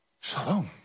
Shalom